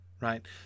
Right